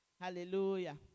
Hallelujah